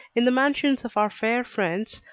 in the mansions of our fair friends,